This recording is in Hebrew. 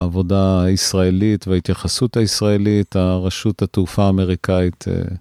העבודה הישראלית וההתייחסות הישראלית, הרשות התעופה האמריקאית.